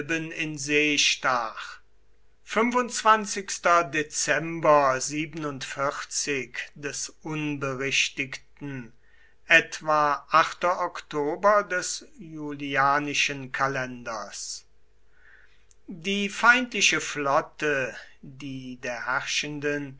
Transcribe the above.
in see stach dezember des unberichtigten etwa acht oktober des julianischen kalenders die feindliche flotte die der herrschenden